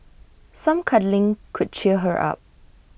some cuddling could cheer her up